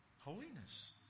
Holiness